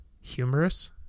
humorous